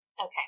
Okay